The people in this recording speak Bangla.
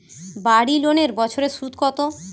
বাড়ি লোনের বছরে সুদ কত?